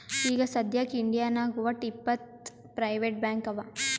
ಈಗ ಸದ್ಯಾಕ್ ಇಂಡಿಯಾನಾಗ್ ವಟ್ಟ್ ಇಪ್ಪತ್ ಪ್ರೈವೇಟ್ ಬ್ಯಾಂಕ್ ಅವಾ